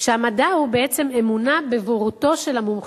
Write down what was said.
שהמדע הוא בעצם אמונה בבורותו של המומחה.